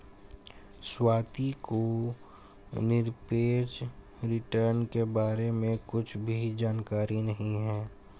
स्वाति को निरपेक्ष रिटर्न के बारे में कुछ भी जानकारी नहीं है